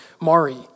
Mari